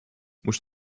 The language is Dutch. moest